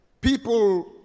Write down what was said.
people